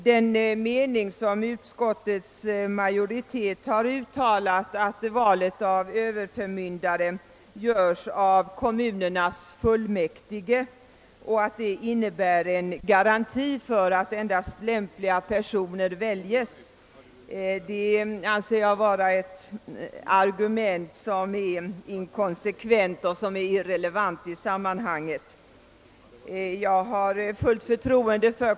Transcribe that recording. Den mening som utskottets majoritet har uttalat, att valet av överförmyndare görs av kommunernas fullmäktige och att detta innebär en garanti för att endast lämpliga personer väljs, anser jag vara inkonsekvent och irrelevant i sammanhanget. Jag har fullt förtroende för .